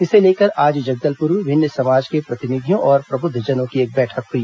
इसे लेकर आज जगदलपुर में विभिन्न समाज के प्रतिनिधियों और प्रबुद्धजनों की एक बैठक हुई